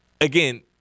again